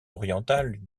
orientale